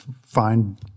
find